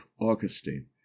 augustine